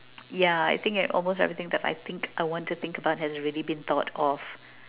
ya I think that almost everything that I think I want to think about has already been thought of